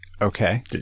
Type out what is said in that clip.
Okay